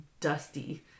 dusty